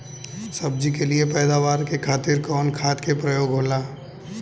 सब्जी के लिए पैदावार के खातिर कवन खाद के प्रयोग होला?